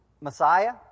Messiah